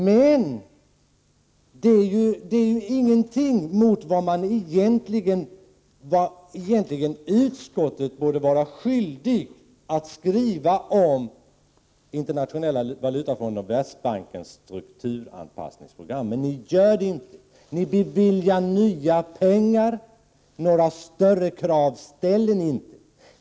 Men det är ju ingenting i jämförelse med det som utskottet egentligen borde vara skyldig att skriva när det gäller Internationella valutafondens och Världsbankens strukturanpassningsprogram. Men ni gör inte detta. Ni beviljar nya medel, och några större krav ställer ni inte.